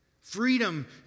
Freedom